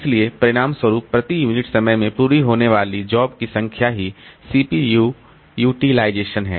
इसलिए परिणामस्वरूप प्रति यूनिट समय में पूरी होने वाली जॉब की संख्या ही सीपीयू यूटिलाइजेशन है